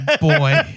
boy